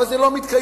אבל זה לא מתקיים.